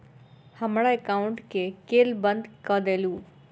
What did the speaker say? हमरा एकाउंट केँ केल बंद कऽ देलु?